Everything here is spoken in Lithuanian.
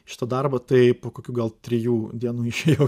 šitą darbą tai po kokių gal trijų dienų išėjau